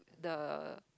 the